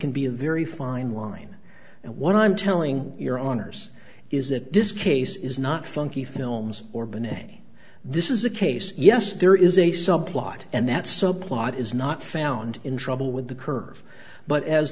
can be a very fine line and what i'm telling your honour's is that this case is not funky films or b'nai this is a case yes there is a subplot and that subplot is not found in trouble with the curve but as